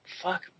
fuck